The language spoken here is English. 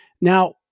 Now